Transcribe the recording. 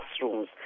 classrooms